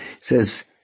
says